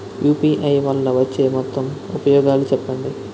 UPI వల్ల వచ్చే మొత్తం ఉపయోగాలు చెప్పండి?